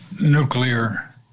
nuclear